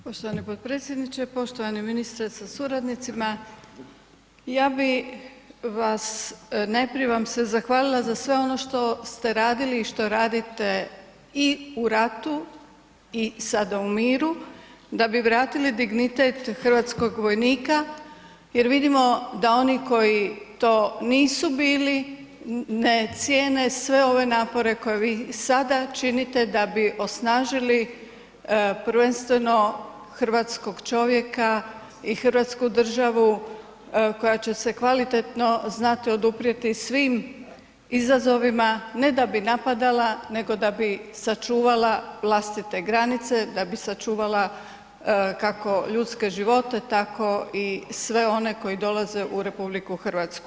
Poštovani potpredsjedniče, poštovani ministre sa suradnicima ja bi vas najprije vam se zahvalila za sve ono što ste radili i što radite i u ratu i sada u miru da bi vratili dignitet Hrvatskog vojnika, jer vidimo da oni koji to nisu bili ne cijene sve ove napore koje vi sada činite da bi osnažili prvenstveno hrvatskog čovjeka i Hrvatsku državu koja će se kvalitetno znati oduprijeti svim izazovima ne da bi napadala nego da bi sačuvala vlastite granice, da bi sačuvala kako ljudske živote tako i sve one koji dolaze u RH.